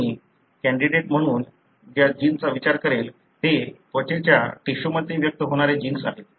म्हणून मी कॅण्डीडेट म्हणून ज्या जीनचा विचार करेन ते त्वचेच्या टिश्यूमध्ये व्यक्त होणारे जीन्स आहेत